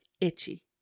itchy